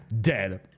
dead